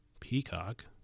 Peacock